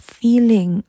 feeling